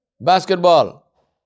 basketball